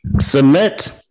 Submit